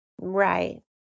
Right